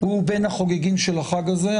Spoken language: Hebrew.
הוא בין החוגגים של החג הזה,